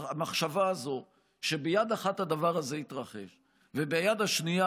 שהמחשבה הזאת שביד אחת הדבר הזה יתרחש וביד השנייה